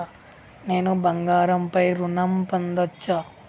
నేను బంగారం పై ఋణం పొందచ్చా?